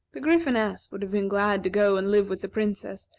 the gryphoness would have been glad to go and live with the princess,